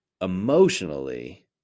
Emotionally